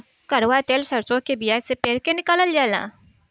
कड़ुआ तेल सरसों के बिया से पेर के निकालल जाला